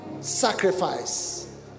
sacrifice